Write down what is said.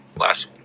last